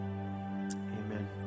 Amen